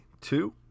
two